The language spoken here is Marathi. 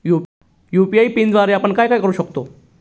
यू.पी.आय पिनद्वारे आपण काय काय करु शकतो?